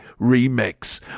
Remix